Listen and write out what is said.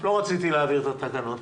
לא רציתי להעביר את התקנות.